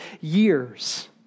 years